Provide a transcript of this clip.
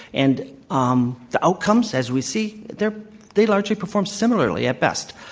and um the outcomes, as we see, they're they largely perform similarly, at best.